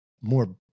more